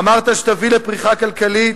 אמרת שתביא לפריחה כלכלית,